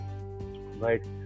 Right